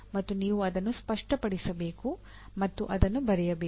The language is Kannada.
ಮತ್ತು ನೀವು ಅದನ್ನು ಸ್ಪಷ್ಟಪಡಿಸಬೇಕು ಮತ್ತು ಅದನ್ನು ಬರೆಯಬೇಕು